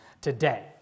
today